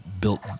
built